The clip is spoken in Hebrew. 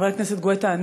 חבר הכנסת גואטה,